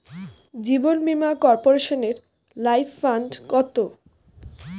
জীবন বীমা কর্পোরেশনের life fund কত?